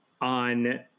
on